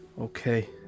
okay